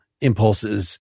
impulses